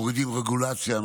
מורידים רגולציה,